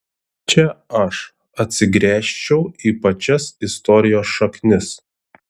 čia aš atsigręžčiau į pačias istorijos šaknis